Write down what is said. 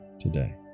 today